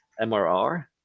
mrr